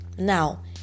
Now